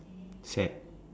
sad